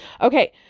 Okay